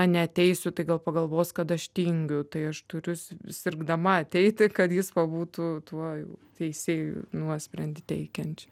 na neateisiu tai gal pagalvos kad aš tingiu tai aš turiu sirgdama ateiti kad jis pabūtų tuo teisėju nuosprendį teikiančiu